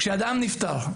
כשאדם נפטר,